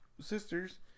sisters